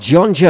John